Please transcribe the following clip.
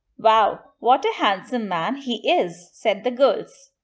wow! what a handsome man he is, said the girls.